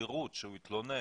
הסבירות שהוא יתלונן,